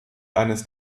eines